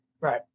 Right